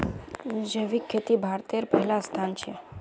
जैविक खेतित भारतेर पहला स्थान छे